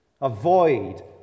Avoid